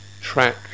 track